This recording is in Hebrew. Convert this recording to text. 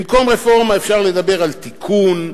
במקום "רפורמה" אפשר לדבר על תיקון,